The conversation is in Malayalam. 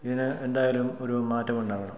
ഇതിന് എന്തായാലും ഒരു മാറ്റമുണ്ടാകണം